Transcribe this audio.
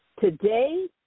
Today